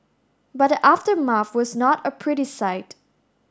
but the aftermath was not a pretty sight